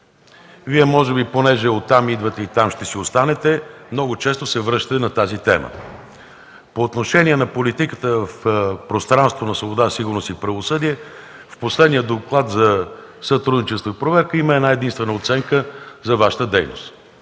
Може би понеже Вие оттам идвате и там ще си останете – много често се връщате на тази тема. По отношение на политиката за „Пространството на свобода, сигурност и правосъдие” – в последния доклад за сътрудничество и проверка има една единствена оценка за Вашата дейност: